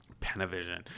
Panavision